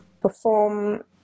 perform